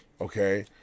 okay